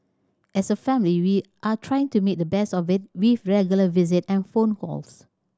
as a family we are trying to make the best of it with regular visits and phone calls